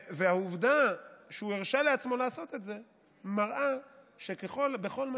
והעובדה שהוא הרשה לעצמו לעשות את זה מראה שבכל מה